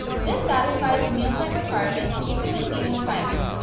this satisfies the meal plan requirement so you can receive an assignment.